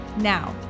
Now